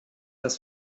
dass